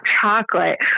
chocolate